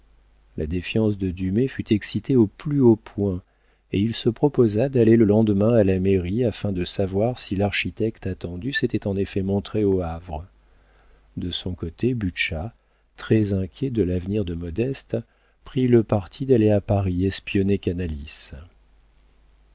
la défiance de dumay fut excitée au plus haut point et il se proposa d'aller le lendemain à la mairie afin de savoir si l'architecte attendu s'était en effet montré au havre de son côté butscha très inquiet de l'avenir de modeste prit le parti d'aller à paris espionner canalis